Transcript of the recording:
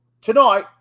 tonight